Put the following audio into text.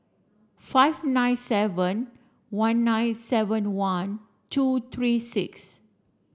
five nine seven one nine seven one two three six